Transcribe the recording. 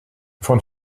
von